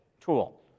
tool